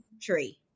tree